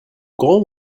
grand